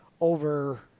over